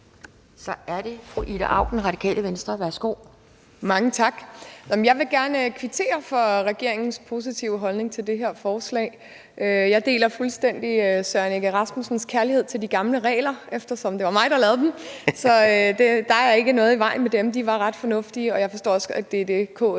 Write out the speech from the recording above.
Så er det fru Ida Auken, Radikale Venstre. Værsgo. Kl. 10:49 Ida Auken (RV): Mange tak. Jeg vil gerne kvittere for regeringens positive holdning til det her forslag. Jeg deler fuldstændig Søren Egge Rasmussens kærlighed til de gamle regler, eftersom det var mig, der er lavede dem. Der er ikke noget i vejen med dem, de var ret fornuftige, og jeg forstår også, at det er det, KL